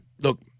look